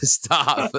stop